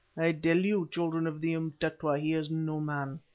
i tell you, children of the umtetwa, he is no man.